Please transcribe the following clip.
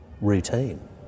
routine